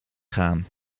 gaan